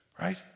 right